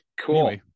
Cool